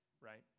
right